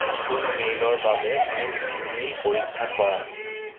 নতুন মেইলৰ বাবে মোৰ জিমেইল পৰীক্ষা কৰা